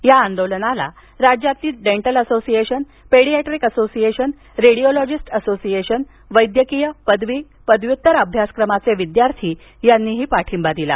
या आंदोलनाला राज्यातील dental association paediatric association radiologist association वैद्यकीय पदवी पदव्युत्तर अभ्यासक्रमाचे विद्यार्थी यांनी पाठिंबा दिला